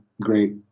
great